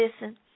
listen